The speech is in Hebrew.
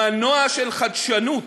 מנוע של חדשנות,